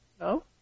No